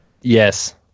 Yes